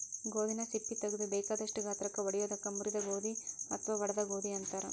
ಗೋಧಿನ ಸಿಪ್ಪಿ ತಗದು ಬೇಕಾದಷ್ಟ ಗಾತ್ರಕ್ಕ ಒಡಿಯೋದಕ್ಕ ಮುರಿದ ಗೋಧಿ ಅತ್ವಾ ಒಡದ ಗೋಧಿ ಅಂತಾರ